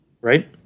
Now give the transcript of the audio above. Right